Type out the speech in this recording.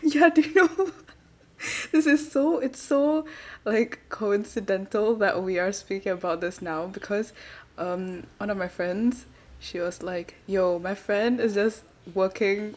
you have to know this is so it's so like coincidental that we are speaking about this now because um one of my friends she was like yo my friend is just working